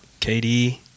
KD